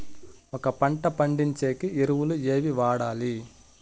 ఒక పంట పండించేకి ఎరువులు ఏవి వాడాలి?